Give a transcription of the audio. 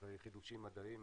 חידושים מדעיים,